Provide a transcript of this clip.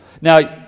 Now